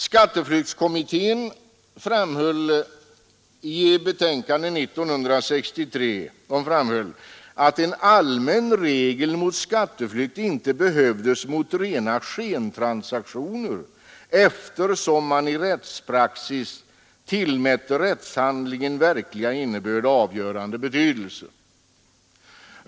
Skatteflyktskommittén framhöll i sitt betänkande år 1963 att en allmän regel mot skatteflykt inte behövdes mot rena skentransaktioner, eftersom man i rättspraxis tillmätte rättshandlingens verkliga innebörd avgörande betydelse.